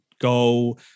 go